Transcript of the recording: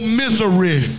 misery